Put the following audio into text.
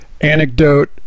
anecdote